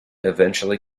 eventually